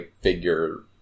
figure